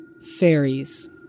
fairies